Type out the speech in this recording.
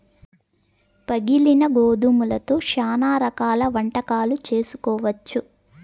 పగిలిన గోధుమలతో శ్యానా రకాల వంటకాలు చేసుకోవచ్చు